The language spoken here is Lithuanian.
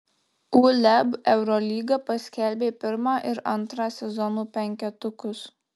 uleb eurolyga paskelbė pirmą ir antrą sezono penketukus